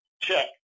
check